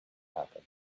happen